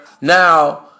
now